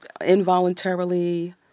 involuntarily